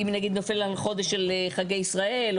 אם נגיד נופל על חודש של חגי ישראל,